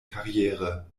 karriere